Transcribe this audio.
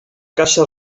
caça